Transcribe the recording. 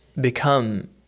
become